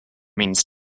means